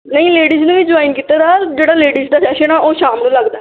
ਨਹੀਂ ਲੇਡੀਜ਼ ਨੇ ਵੀ ਜੁਆਇਨ ਕੀਤਾ ਵਾ ਜਿਹੜਾ ਲੇਡੀਜ਼ ਦਾ ਸੈਸ਼ਨ ਆ ਉਹ ਸ਼ਾਮ ਨੂੰ ਲੱਗਦਾ